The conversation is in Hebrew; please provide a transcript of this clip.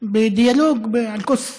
בדיאלוג על כוס קפה,